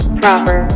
proper